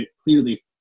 clearly